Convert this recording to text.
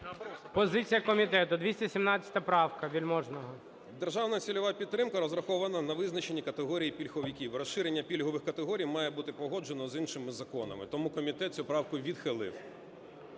БАБАК С.В. Державна цільова підтримка розрахована на визначення категорій пільговиків. Розширення пільгових категорій має бути погоджено з іншими законами. Тому комітет цю правку відхилив.